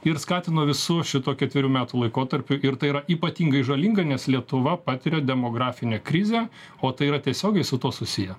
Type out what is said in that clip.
ir skatino visu šituo ketverių metų laikotarpiu ir tai yra ypatingai žalinga nes lietuva patiria demografinę krizę o tai yra tiesiogiai su tuo susiję